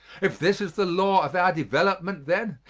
if this is the law of our development then,